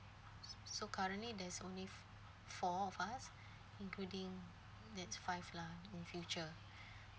s~ so currently there's only f~ four of us including that's five lah in future